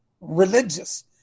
religious